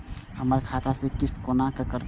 हमर खाता से किस्त कोना कटतै?